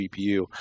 GPU